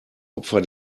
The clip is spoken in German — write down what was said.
opfer